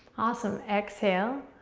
awesome. exhale.